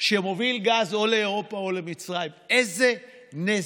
שמוביל גז או לאירופה או למצרים, איזה נזק,